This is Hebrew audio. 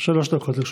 שלוש דקות לרשותך.